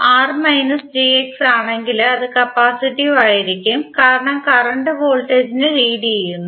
ആണെങ്കിൽ അത് കപ്പാസിറ്റീവ് ആയിരിക്കും കാരണം കറന്റ് വോൾടേജ് ഇനെ ലീഡ് ചെയ്യുന്നു